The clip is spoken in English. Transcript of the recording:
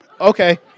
okay